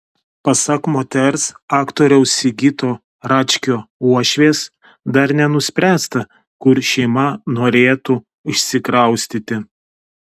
pasak moters aktoriaus sigito račkio uošvės dar nenuspręsta kur šeima norėtų išsikraustyti